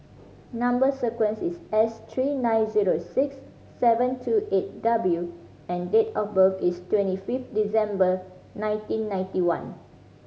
number sequence is S three nine zero six seven two eight W and date of birth is twenty fifth December nineteen ninety one